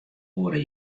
oare